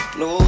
no